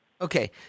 Okay